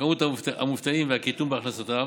במספר המובטלים והקיטון בהכנסותיו,